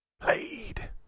Played